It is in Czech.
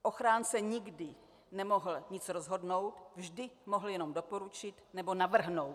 Ochránce nikdy nemohl nic rozhodnout, vždy mohl jenom doporučit nebo navrhnout.